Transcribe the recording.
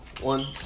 one